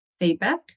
feedback